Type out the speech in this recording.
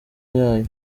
yayo